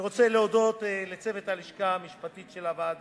אני רוצה להודות לצוות הלשכה המשפטית של הוועדה,